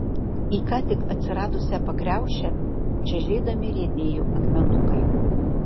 į ką tik atsiradusią pakriaušę čežėdami riedėjo akmenukai